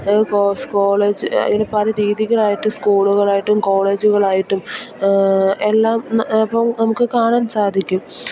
college അങ്ങനെ പല രീതികളായിട്ട് സ്കൂളുകളായിട്ടും കോളേജുകളായിട്ടും എല്ലാം ഇപ്പം നമുക്ക് കാണാൻ സാധിക്കും